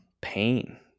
pain